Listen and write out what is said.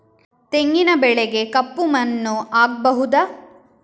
ತೆಂಗಿನ ಬೆಳೆಗೆ ಕಪ್ಪು ಮಣ್ಣು ಆಗ್ಬಹುದಾ?